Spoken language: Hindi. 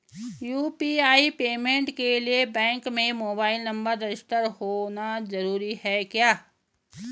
यु.पी.आई पेमेंट के लिए बैंक में मोबाइल नंबर रजिस्टर्ड होना जरूरी है क्या?